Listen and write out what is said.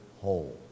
whole